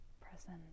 present